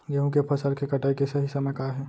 गेहूँ के फसल के कटाई के सही समय का हे?